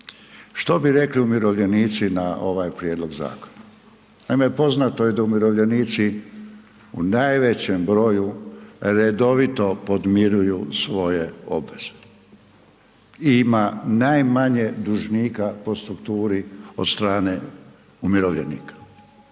Što bi rekli umirovljenici na ovaj prijedlog zakona. Naime, poznato je da umirovljenici u najvećem broju redovito podmiruju svoje obveze i ima najmanje dužnika po strukturi od strane umirovljenika.